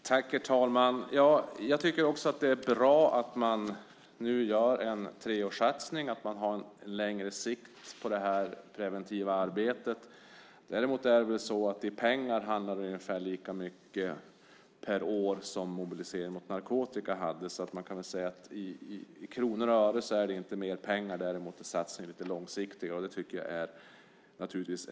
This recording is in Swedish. Herr talman! Jag tycker också att det är bra att man nu gör en treårssatsning och att det preventiva arbetet sker på längre sikt. Däremot handlar det om ungefär lika mycket pengar per år som Mobilisering mot narkotika hade. Det är inte mer pengar i kronor och ören, men satsningen är däremot lite långsiktigare. Det tycker jag är mycket bra.